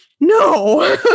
no